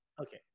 Okay